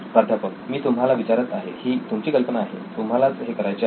प्राध्यापक मी तुम्हाला विचारत आहे ही तुमची कल्पना आहे तुम्हालाच हे करायचे आहे